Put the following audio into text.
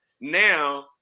Now